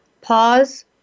pause